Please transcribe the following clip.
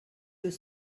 deux